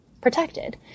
protected